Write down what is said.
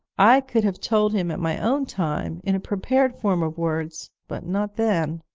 i could have told him at my own time, in a prepared form of words but not then.